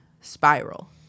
spiral